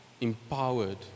empowered